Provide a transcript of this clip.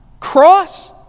cross